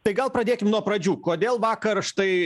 tai gal pradėkim nuo pradžių kodėl vakar štai